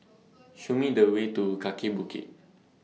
Show Me The Way to Kaki Bukit